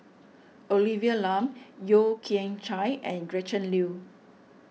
Olivia Lum Yeo Kian Chye and Gretchen Liu